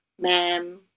ma'am